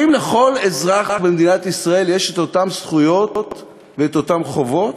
האם לכל אזרח במדינת ישראל יש את אותן זכויות ואת אותן חובות,